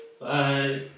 bye